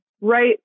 right